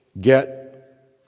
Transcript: get